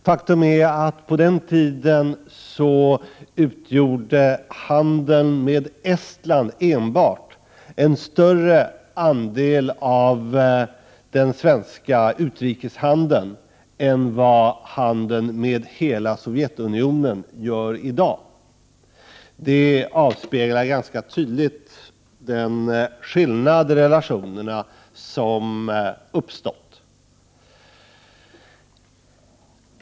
Faktum är att på den tiden handeln med enbart Estland utgjorde en större andel av den svenska utrikeshandeln än vad handeln med hela Sovjetunionen gör i dag. Detta speglar ganska tydligt den skillnad i relationerna som har uppstått.